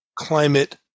climate